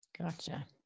Gotcha